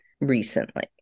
recently